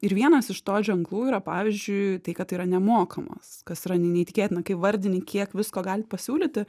ir vienas iš to ženklų yra pavyzdžiui tai kad tai yra nemokamas kas yra ne neįtikėtina kai vardini kiek visko galit pasiūlyti